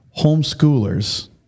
Homeschoolers